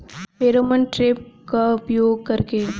Pheromone trap का उपयोग कर के?